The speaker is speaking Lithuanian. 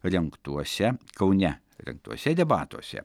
rengtuose kaune rengtuose debatuose